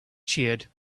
cheered